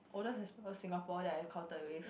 oldest is because Singapore that I had contact with